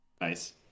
Nice